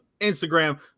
instagram